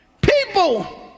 people